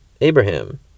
Abraham